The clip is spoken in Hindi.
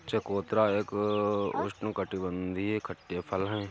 चकोतरा एक उष्णकटिबंधीय खट्टे फल है